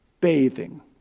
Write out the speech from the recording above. bathing